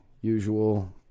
usual